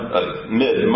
amid